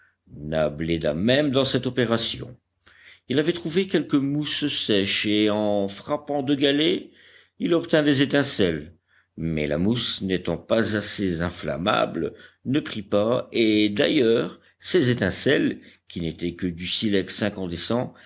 même dans cette opération il avait trouvé quelques mousses sèches et en frappant deux galets il obtint des étincelles mais la mousse n'étant pas assez inflammable ne prit pas et d'ailleurs ces étincelles qui n'étaient que du silex incandescent